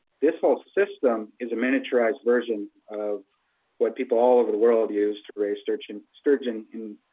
this whole system is a miniaturized version of what people all over the world use to raise sturgeon, sturgeon in